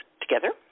together